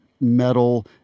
metal